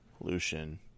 Lucian